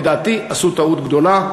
ולדעתי עשו טעות גדולה.